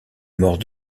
mort